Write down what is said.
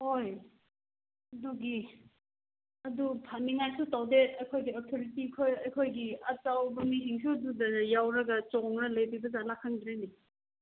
ꯍꯣꯏ ꯑꯗꯨꯒꯤ ꯑꯗꯨ ꯐꯅꯤꯉꯥꯏꯁꯨ ꯇꯧꯗꯦ ꯑꯩꯈꯣꯏꯒꯤ ꯑꯣꯊꯣꯔꯤꯇꯤ ꯑꯩꯈꯣꯏꯒꯤ ꯑꯆꯧꯕ ꯃꯤꯁꯤꯡꯁꯨ ꯑꯗꯨꯗ ꯌꯥꯎꯔꯒ ꯆꯣꯡꯂꯒ ꯂꯩꯔꯤꯕꯖꯥꯠꯂ ꯈꯪꯗ꯭ꯔꯦꯅꯦ